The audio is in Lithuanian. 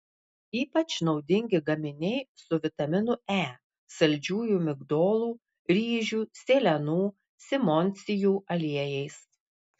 ypač naudingi gaminiai su vitaminu e saldžiųjų migdolų ryžių sėlenų simondsijų aliejais